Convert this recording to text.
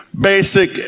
basic